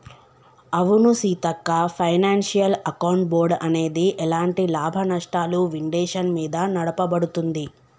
అవును Seethakka financial account board అనేది ఎలాంటి లాభనష్టాలు విండేషన్ మీద నడపబడుతుంది